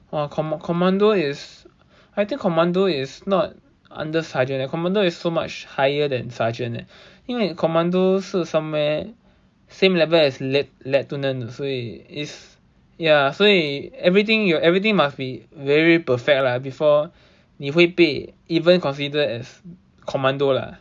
oh comma~ commando is I think commando is not under sergeant eh commando is so much higher than sergeant eh 因为 commando 是 somewhere same level as liuetenant 所以 is ya 所以 everything your everything must be very perfect lah before 你会被 even consider as commando lah